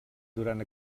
durant